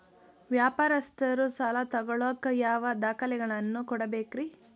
ವ್ಯಾಪಾರಸ್ಥರು ಸಾಲ ತಗೋಳಾಕ್ ಯಾವ ದಾಖಲೆಗಳನ್ನ ಕೊಡಬೇಕ್ರಿ?